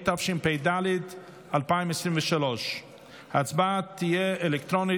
התשפ"ד 2023. ההצבעה תהיה אלקטרונית,